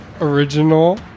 Original